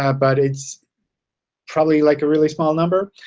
ah but it's probably like a really small number.